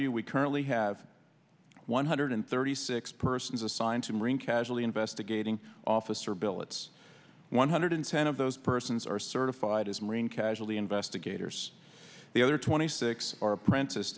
you we currently have one hundred thirty six persons assigned to marine casualty investigating officer billets one hundred ten of those persons are certified as marine casualty investigators the other twenty six are apprentice